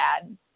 dad